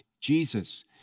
Jesus